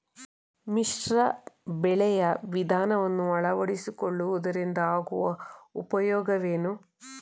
ಮಿಶ್ರ ಬೆಳೆಯ ವಿಧಾನವನ್ನು ಆಳವಡಿಸಿಕೊಳ್ಳುವುದರಿಂದ ಆಗುವ ಉಪಯೋಗವೇನು?